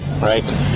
Right